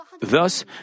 Thus